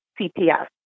CPS